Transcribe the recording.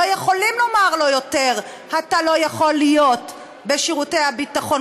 לא יכולים לומר לו יותר: אתה לא יכול להיות בשירותי הביטחון,